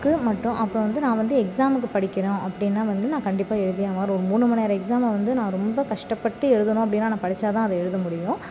book மற்றும் அப்போ வந்து நான் வந்து எக்ஸாமுக்குப் படிக்கணும் அப்படின்னா வந்து நான் கண்டிப்பாக எழுதியே ஆவேன் ஒரு மூணு மணிநேரம் எக்ஸாமை வந்து நான் ரொம்ப கஷ்டப்பட்டு எழுதணும் அப்படின்னா நான் படித்தா தான் அதை எழுத முடியும்